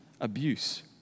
abuse